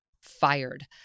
fired